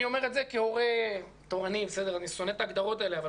אני אומר את זה כהורה תורני אני שונא את ההגדרות